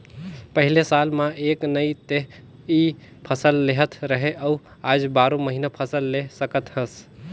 पहिले साल म एक नइ ते इ फसल लेहत रहें अउ आज बारो महिना फसल ले सकत हस